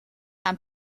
aan